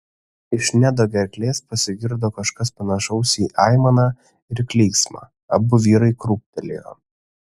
iš nedo gerklės pasigirdo kažkas panašaus į aimaną ir klyksmą abu vyrai krūptelėjo